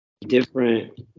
different